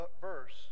verse